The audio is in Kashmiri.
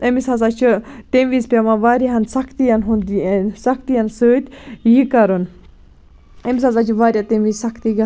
أمِس ہسا چھُ تَمہِ وِزِ پیوان واریاہَن سَختین ہُند سَختین سۭتۍ یہِ کَرُن أمِس ہسا چھِ واریاہ تَمہِ وِزِ سَختی گہ